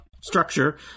structure